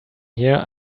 here